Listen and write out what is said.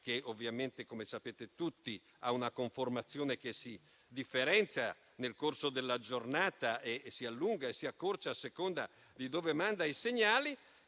che ovviamente, come sapete tutti, ha una conformazione che si differenzia nel corso della giornata e si allunga o si accorcia a seconda di dove manda i segnali,